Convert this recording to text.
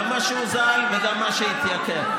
גם מה שהוזל וגם מה שהתייקר.